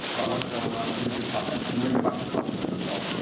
but what's going on with your costs, um and learning about your customers as well.